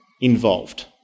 involved